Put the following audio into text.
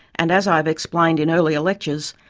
and as i have explained in earlier lectures,